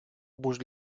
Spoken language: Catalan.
vos